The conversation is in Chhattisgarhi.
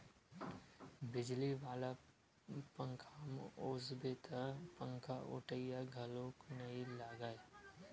बिजली वाला पंखाम ओसाबे त पंखाओटइया घलोक नइ लागय